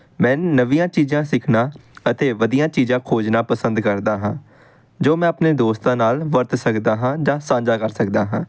ਮੈਂ ਨਵੀਆਂ ਚੀਜ਼ਾਂ ਸਿੱਖਣਾ ਅਤੇ ਵਧੀਆ ਚੀਜ਼ਾਂ ਖੋਜਣਾ ਪਸੰਦ ਕਰਦਾ ਹਾਂ ਜੋ ਮੈਂ ਆਪਣੇ ਦੋਸਤਾਂ ਨਾਲ਼ ਵਰਤ ਸਕਦਾ ਹਾਂ ਜਾਂ ਸਾਂਝਾ ਕਰ ਸਕਦਾ ਹਾਂ